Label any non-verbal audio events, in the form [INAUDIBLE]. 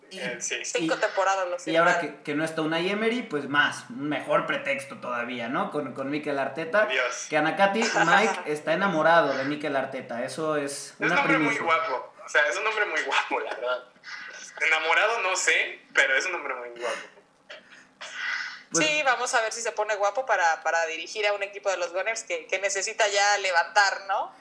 Y- Sí. y- Cinco temporadas, lo y ahora sé. que- que no está Unai Emery, pues más, mejor pretexto todavía, ¿no? Con- con Mikel Arteta, Dios. que Anacati, [LAUGHS] Mike, está enamorado de Mikel Arteta, eso es Es una un hombre muy primicia. guapo, o sea, es un hombre muy guapo, la verdad. [LAUGHS] Enamorado no sé, pero es un hombre muy guapo. Pues- Sí, vamos a ver si se pone guapo para- para dirigir a un equipo de los Gunners que- que necesita ya levantar, ¿no?